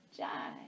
Jai